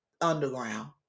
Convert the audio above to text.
Underground